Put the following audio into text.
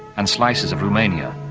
and slices of romania,